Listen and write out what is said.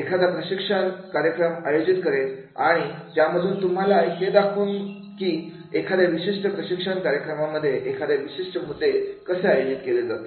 एखादा प्रशिक्षण कार्यक्रम आयोजित करेन आणि त्यामधून तुम्हाला हे दाखवून की एखाद्या विशिष्ट प्रशिक्षण कार्यक्रमांमध्ये एखाद्या विशिष्ट मुद्दे कसे आयोजित केले जातात